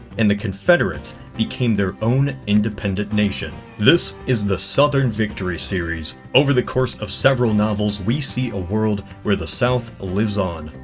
and the confederate became their own independent nation this is the southern victory series over the course of several novels we see a world where the south lives on.